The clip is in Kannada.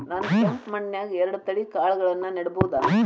ನಾನ್ ಕೆಂಪ್ ಮಣ್ಣನ್ಯಾಗ್ ಎರಡ್ ತಳಿ ಕಾಳ್ಗಳನ್ನು ನೆಡಬೋದ?